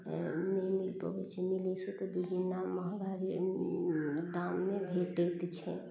नहि मिल पबय छै मिलय छै तऽ दू दिन महगाड़ी दाममे भेटैत छै